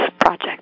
project